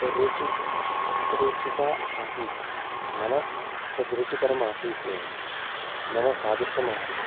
रुचिः रुचिः आसीत् नाम तद् रुचिकरमासीत् एतत् नाम स्वादिष्टमासीत्